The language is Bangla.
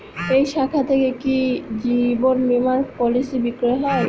এই শাখা থেকে কি জীবন বীমার পলিসি বিক্রয় হয়?